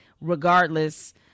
regardless